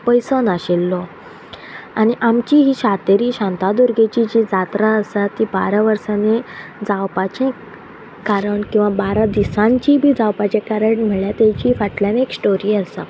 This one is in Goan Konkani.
पयसो नाशिल्लो आनी आमची ही सातेरी शांतादुर्गेची जी जात्रा आसा ती बारा वर्सांनी जावपाचे कारण किंवां बारा दिसांची बी जावपाचें कारण म्हळ्यार तेची फाटल्यान एक स्टोरी आसा